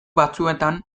batzuetan